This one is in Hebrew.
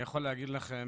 אני יכול להגיד לכם